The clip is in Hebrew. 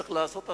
צריך להטות את